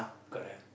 correct